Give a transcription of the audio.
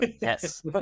yes